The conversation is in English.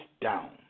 down